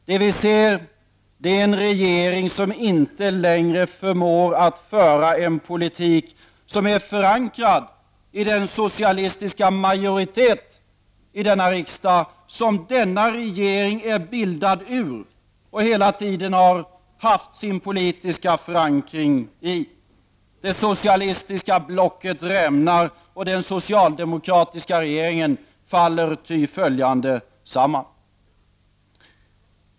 Det vi ser är en regering som inte längre förmår att föra en politik som är förankrad i den socialistiska majoritet i riksdagen som denna regering är bildad ur och hela tiden har haft sin politiska förankring i. Det socialistiska blocket rämnar, och den socialdemokratiska regeringen faller till följd därav samman.